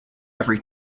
every